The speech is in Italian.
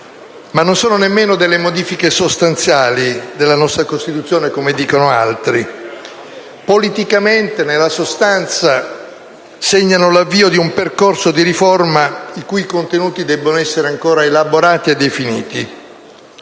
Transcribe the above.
ma non sono nemmeno delle modifiche sostanziali della nostra Costituzione, come dicono altri. Politicamente, nella sostanza, esse segnano l'avvio di un percorso di riforma i cui contenuti debbono essere ancora elaborati e definiti.